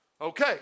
Okay